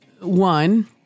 one